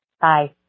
Bye